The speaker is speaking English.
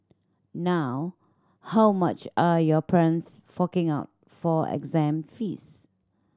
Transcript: now how much are your parents forking out for exam fees